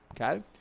okay